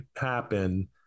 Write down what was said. happen